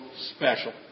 special